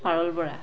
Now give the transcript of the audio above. Parul Bora